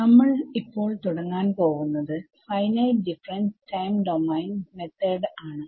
നമ്മൾ ഇപ്പോൾ തുടങ്ങാൻ പോവുന്നത് finite difference time domain method ആണ്